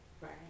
right